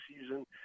season